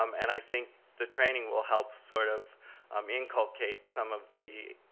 um and i think the training will help sort of um inculcate some of the